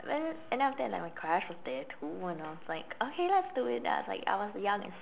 then and then after like my crush was there too when I was like okay let's do it then I was like I was young and